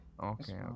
Okay